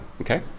okay